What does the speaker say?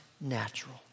natural